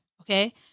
Okay